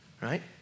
right